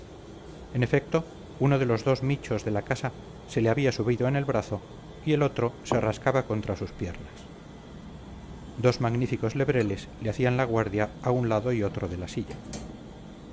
en efecto uno de los dos michos de la casa se le había subido en el brazo y el otro se rascaba contra sus piernas dos magníficos lebreles le hacían la guardia a un lado y otro de la silla